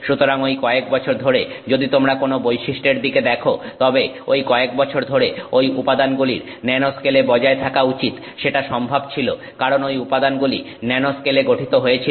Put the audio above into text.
সুতরাং ঐ কয়েক বছর ধরে যদি তোমরা কোন বৈশিষ্ট্যের দিকে দেখো তবে ঐ কয়েক বছর ধরে ঐ উপাদানগুলির ন্যানোস্কেলে বজায় থাকা উচিত সেটা সম্ভব ছিল কারণ ঐ উপাদানগুলি ন্যানোস্কেলে গঠিত হয়েছিল